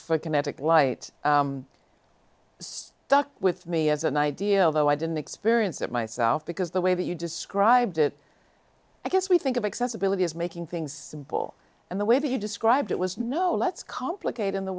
for kinetic light stuck with me as an idea although i didn't experience it myself because the way that you described it i guess we think of accessibility as making things simple and the way you described it was no let's complicate in the